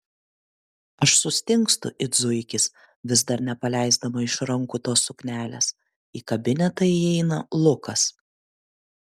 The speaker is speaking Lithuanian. aš sustingstu it zuikis vis dar nepaleisdama iš rankų tos suknelės į kabinetą įeina lukas